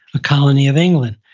a colony of england.